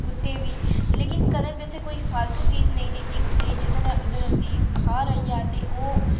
कुत्ते बी लेकिन कदें बी असें उ'नें गी फालतू चीज नेईं दित्ती ते जिसलै ओह् बाह्र आई जा तां